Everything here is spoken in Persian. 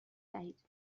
دهید